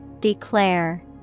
Declare